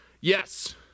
Yes